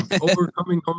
Overcoming